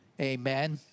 Amen